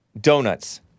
Donuts